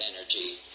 energy